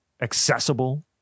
accessible